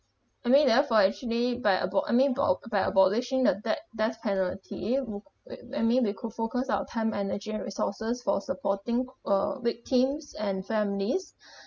I mean therefore actually by abo~ I mean bo~ by abolishing the de~ death penalty would we I mean we could focus our time energy and resources for supporting uh victims and families